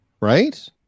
right